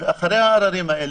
אחרי העררים האלה,